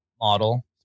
model